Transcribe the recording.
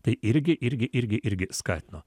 tai irgi irgi irgi irgi skatino